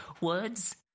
Words